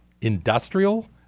Industrial